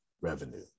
revenue